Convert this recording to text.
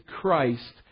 Christ